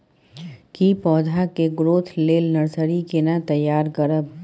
की पौधा के ग्रोथ लेल नर्सरी केना तैयार करब?